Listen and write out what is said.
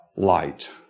light